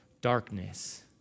darkness